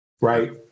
right